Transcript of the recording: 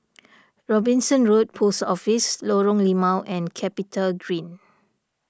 Robinson Road Post Office Lorong Limau and CapitaGreen